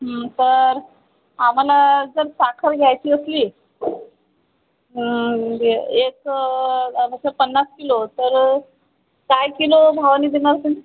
तर आम्हाला जर साखर घ्यायची असली म्हणजे एक जसं पन्नास किलो तर काय किलो भावानी देणार तुम्ही